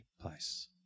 place